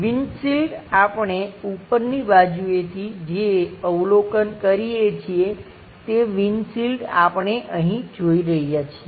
windshield આપણે ઉપરની બાજુએથી જે અવલોકન કરીએ છીએ તે વિન્ડશિલ્ડ આપણે અહીં જોઈ રહ્યા છીએ